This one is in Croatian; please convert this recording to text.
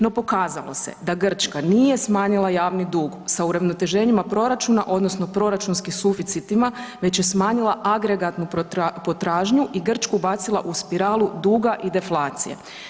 No pokazalo se da Grčka nije smanjila javni dug sa uravnoteženjima proračuna odnosno proračunskim suficitima, već je smanjila agregatnu potražnju i Grčku bacila u spiralu duga i deflacije.